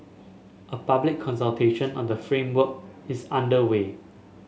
a public consultation on the framework is underway